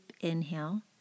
inhale